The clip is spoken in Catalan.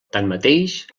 tanmateix